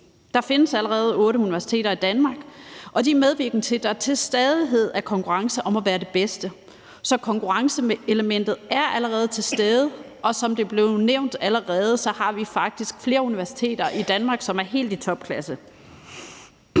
Der findes allerede otte universiteter i Danmark, og de er medvirkende til, at der til stadighed er konkurrence om at være det bedste, så konkurrenceelementet er allerede til stede. Og som det er blevet nævnt, har vi faktisk flere universiteter i Danmark, som er helt i topklasse.